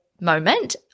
moment